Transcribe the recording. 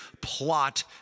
plot